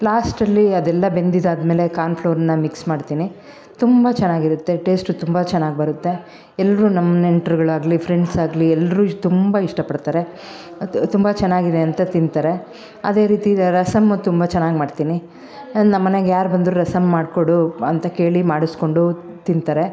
ಲಾಸ್ಟಲ್ಲಿ ಅದೆಲ್ಲ ಬೆಂದಿದ ಆದ ಮೇಲೆ ಕಾನ್ಫ್ಲೋರನ್ನ ಮಿಕ್ಸ್ ಮಾಡ್ತೀನಿ ತುಂಬ ಚೆನ್ನಾಗಿರುತ್ತೆ ಟೇಸ್ಟು ತುಂಬ ಚೆನ್ನಾಗಿ ಬರುತ್ತೆ ಎಲ್ಲರೂ ನಮ್ಮ ನೆಂಟರುಗಳಾಗ್ಲಿ ಫ್ರೆಂಡ್ಸ್ ಆಗಲಿ ಎಲ್ಲರು ಇಷ್ ತುಂಬ ಇಷ್ಟಪಡ್ತಾರೆ ಮತ್ತು ತುಂಬ ಚೆನ್ನಾಗಿದೆ ಅಂತ ತಿಂತಾರೆ ಅದೇ ರೀತಿ ರಸಮು ತುಂಬ ಚೆನ್ನಾಗಿ ಮಾಡ್ತೀನಿ ನಮ್ಮನೆಗೆ ಯಾರು ಬಂದರೂ ರಸಮ್ ಮಾಡಿಕೊಡು ಅಂತ ಕೇಳಿ ಮಾಡ್ಸ್ಕೊಂಡು ತಿಂತಾರೆ